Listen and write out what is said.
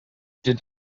did